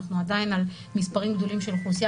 אנחנו עדיין על מספרים גדולים של אוכלוסייה